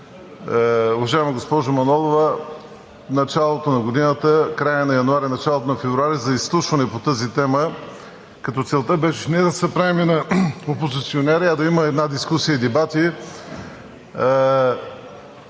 уважаема госпожо Манолова, в началото на година – в края на януари и началото на февруари, за изслушване по тази тема, като целта беше не да се правим на опозиционери, а да има една дискусия и дебати